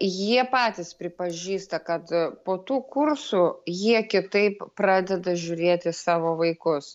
jie patys pripažįsta kad po tų kursų jie kitaip pradeda žiūrėt į savo vaikus